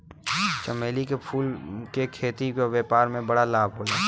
चमेली के फूल के खेती से व्यापार में बड़ा लाभ होला